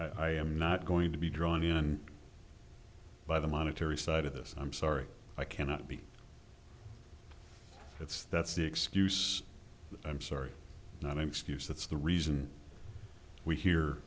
i am not going to be drawn in by the monetary side of this i'm sorry i cannot be that's that's the excuse i'm sorry not an excuse that's the reason we